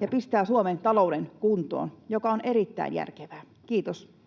ja pistää Suomen talouden kuntoon, mikä on erittäin järkevää. — Kiitos.